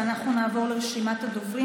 ואנחנו נעבור לרשימת הדוברים.